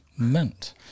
mint